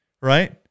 right